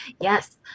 Yes